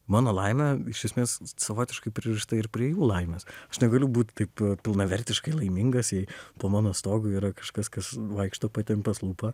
mano laimė iš esmės savotiškai pririšta ir prie jų laimės aš negaliu būt taip pilnavertiškai laimingas jei po mano stogu yra kažkas kas vaikšto patempęs lūpą